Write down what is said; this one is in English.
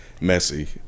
messy